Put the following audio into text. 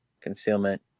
concealment